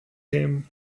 him